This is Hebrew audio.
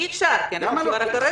אי-אפשר לבקש עוד רביזיה.